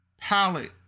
Palette